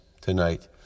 tonight